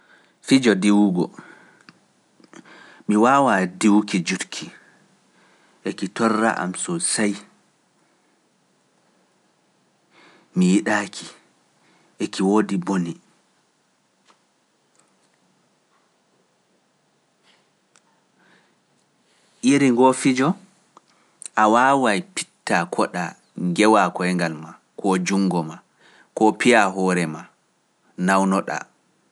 Fijo diwugo, mi waawaa diwuki jutki, eki torra am so sey, mi yidaaki. eki wodi bone. ko ngewaa koyngal maa, koo junngo maa, koo piya hoore maa, nawnoɗaa.